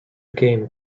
game